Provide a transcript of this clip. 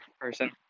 person